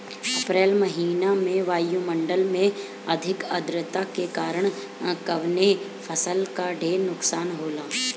अप्रैल महिना में वायु मंडल में अधिक आद्रता के कारण कवने फसल क ढेर नुकसान होला?